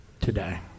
today